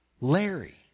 Larry